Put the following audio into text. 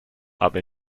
aber